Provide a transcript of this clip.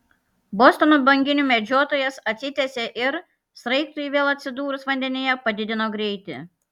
bostono banginių medžiotojas atsitiesė ir sraigtui vėl atsidūrus vandenyje padidino greitį